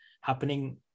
happening